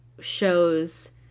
shows